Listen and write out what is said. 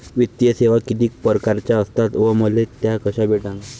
वित्तीय सेवा कितीक परकारच्या असतात व मले त्या कशा भेटन?